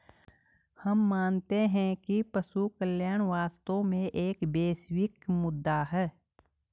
हम मानते हैं कि पशु कल्याण वास्तव में एक वैश्विक मुद्दा है